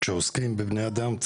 כשעוסקים בבני אדם,